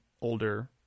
older